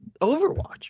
Overwatch